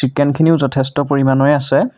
চিকেনখিনিও যথেষ্ট পৰিমাণৰে আছে